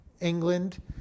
England